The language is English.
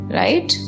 right